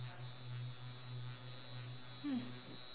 hmm